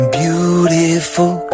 beautiful